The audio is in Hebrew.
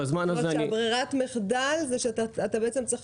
זאת אומרת שברירת המחדל היא שאתה צריך